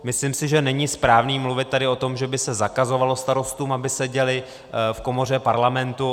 Myslím si, že není správné mluvit tady o tom, že by se zakazovalo starostům, aby seděli v komoře parlamentu.